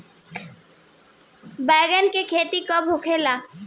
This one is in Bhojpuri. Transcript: बैंगन के खेती कब होला?